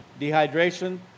dehydration